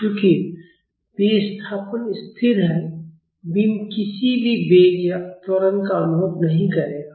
चूंकि विस्थापन स्थिर है बीम किसी भी वेग या त्वरण का अनुभव नहीं करेगा